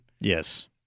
Yes